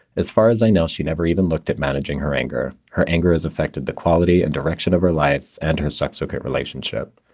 as far as i know, she never even looked at managing her anger, her anger has affected the quality and direction of her life and her sex work relationship.